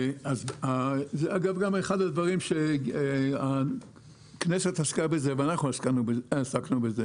גם אחד הדברים שהכנסת עסקה בו ואנחנו עסקנו בו,